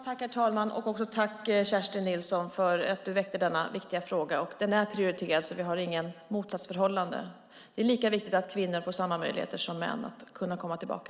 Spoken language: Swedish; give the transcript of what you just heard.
Herr talman! Tack, Kerstin Nilsson, för att du väckte denna viktiga fråga! Den är prioriterad. Det finns inget motsatsförhållande här. Det är viktigt att kvinnor får samma möjligheter som män att komma tillbaka.